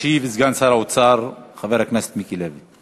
ישיב סגן שר האוצר חבר הכנסת מיקי לוי.